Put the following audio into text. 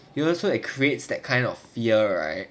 you also experience that kind of fear right